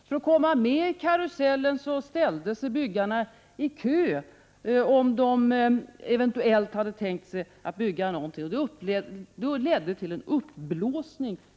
För att komma med i karusellen ställde sig de byggare i kö som tänkt sig att bygga. Marknaden i Stockholm blev uppblåst.